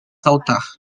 saltar